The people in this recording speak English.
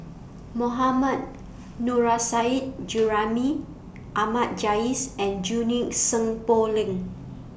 Mohammad Nurrasyid Juraimi Ahmad Jais and Junie Sng Poh Leng